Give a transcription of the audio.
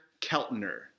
Keltner